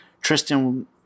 Tristan